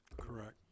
Correct